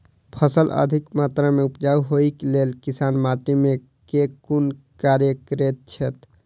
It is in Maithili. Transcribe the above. फसल अधिक मात्रा मे उपजाउ होइक लेल किसान माटि मे केँ कुन कार्य करैत छैथ?